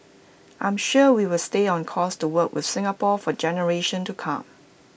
I'm sure we will stay on course to work with Singapore for generations to come